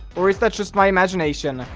or is that just my imagination?